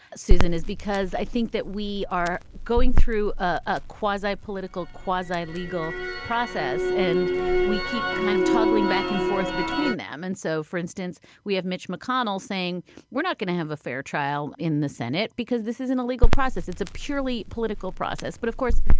susan, is because i think that we are going through a quasi political, quasi legal process and we keep kind of toggling back and forth between them. and so, for instance, we have mitch mcconnell saying we're not going to have a fair trial in the senate because this isn't a legal process. it's a purely political process. but of course,